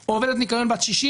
או עובדת ניקיון בת 60,